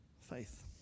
faith